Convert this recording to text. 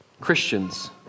Christians